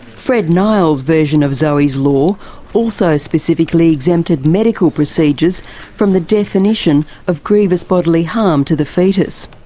fred nile's version of zoe's law also specifically exempted medical procedures from the definition of grievous bodily harm to the foetus.